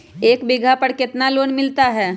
एक बीघा पर कितना लोन मिलता है?